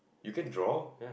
you can draw